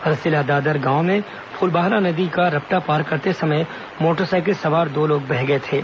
रसेलादादर गांव में फुलबाहरा नदी का रपटा पार करते समय मोटरसाइकिल सवार दो लोग बह गए थे